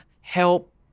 help